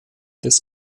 des